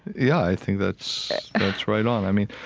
yeah i think that's and that's right on, i mean,